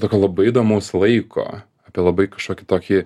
tokio labai įdomus laiko apie labai kažkokį tokį